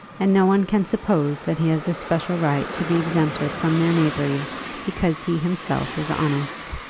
and no one can suppose that he has a special right to be exempted from their knavery because he himself is honest.